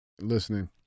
listening